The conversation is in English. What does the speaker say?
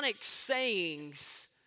sayings